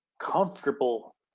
comfortable